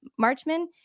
Marchman